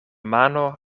mano